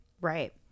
Right